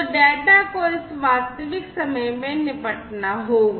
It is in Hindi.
तो डेटा को इस वास्तविक समय में निपटना होगा